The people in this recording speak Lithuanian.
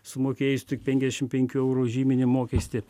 sumokėjus tik penkiasdešim penkių eurų žyminį mokestį